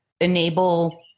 enable